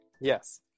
Yes